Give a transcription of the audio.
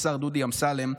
השר דודי אמסלם,